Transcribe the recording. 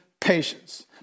patience